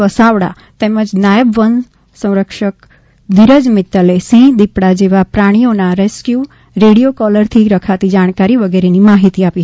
વસાવડા તેમજ નાયબ વન સૌરાક્ષક ધીરજ મિત્તલે સિંહ દીપડા જેવા પ્રાણીઓના રેસ્કયુ રેડીઓ કોલર થી રખાતી જાણકારી વિગેરે માહિતી આપી